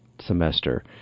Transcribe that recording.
semester